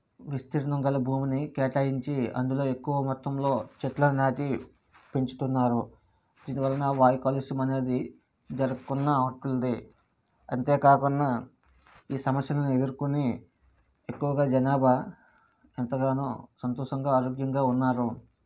విస్తీర్ణం గల ఆ భూమిని కేటాయించి అందులో ఎక్కువ మొత్తంలో చెట్లని నాటి పెంచుతున్నారు దీని వలన వాయు కాలుష్యం అనేది జరగకుండా ఆపుతుంది అంతేకాకుండా ఈ సమస్యలను ఎదుర్కొని ఎక్కువగా జనాభా ఎంతగానో సంతోషంగా ఆరోగ్యంగా ఉన్నారు